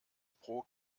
pro